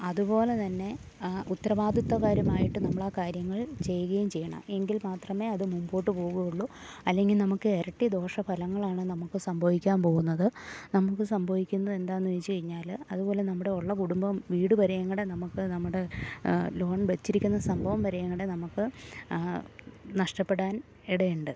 അതു പോലെ തന്നെ ഉത്തരവാദിത്വകരമായിട്ട് നമ്മളാ കാര്യങ്ങൾ ചെയ്യുകയും ചെയ്യണം എങ്കിൽ മാത്രമേ അത് മുൻപോട്ടു പോകുകയുള്ളൂ അല്ലെങ്കിൽ നമുക്ക് ഇരട്ടി ദോഷ ഫലങ്ങളാണ് നമുക്ക് സംഭവിക്കാൻ പോകുന്നത് നമുക്ക് സംഭവിക്കുന്നത് എന്താണെന്നു ചോദിച്ചു കഴിഞ്ഞാൽ അതു പോലെ നമ്മുടെ ഉള്ള കുടുംബം വീട് വരെ യെങ്ങടെ നമുക്ക് നമ്മുടെ ലോൺ വെച്ചിരിക്കുന്ന സംഭവം വരെ യെങ്ങടെ നമുക്ക് നഷ്ടപ്പെടാൻ ഇടയുണ്ട്